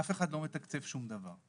אף אחד לא מתקצב שום דבר.